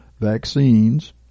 vaccines